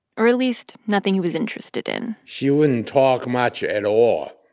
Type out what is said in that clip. or at least nothing he was interested in she wouldn't talk much at all.